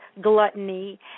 gluttony